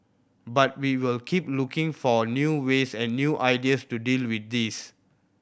but we will keep looking for new ways and new ideas to deal with this